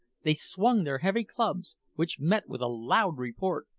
they swung their heavy clubs, which met with a loud report.